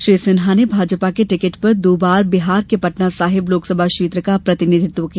श्री सिन्हा ने भाजपा के टिकट पर दो बार बिहार के पटना साहिब लोकसभा क्षेत्र का प्रतिनिधित्व किया